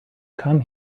come